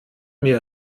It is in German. mir